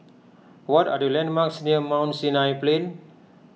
what are the landmarks near Mount Sinai Plain